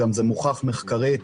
זה מוכח גם מחקרית,